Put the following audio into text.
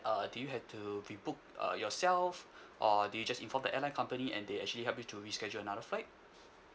uh did you have to rebook uh yourself or did you just inform the airline company and they actually helped you to reschedule another flight